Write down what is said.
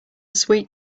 sweet